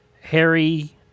Harry